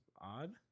odd